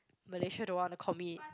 Malaysia don't want to commit